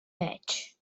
match